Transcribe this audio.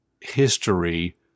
history